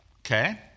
Okay